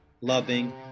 loving